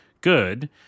good